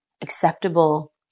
acceptable